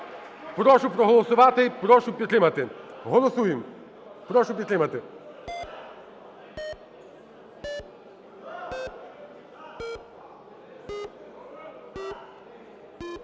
Прошу проголосувати, прошу підтримати. Голосуємо, прошу підтримати.